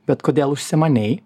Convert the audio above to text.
bet kodėl užsimanei